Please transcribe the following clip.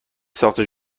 ساخته